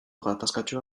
gatazkatsua